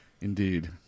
Indeed